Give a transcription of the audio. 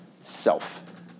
self